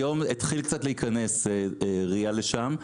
היום התחיל קצת להיכנס RIA לשם.